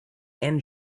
and